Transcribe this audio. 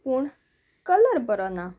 पूण कलर बरो ना